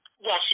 Yes